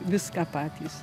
viską patys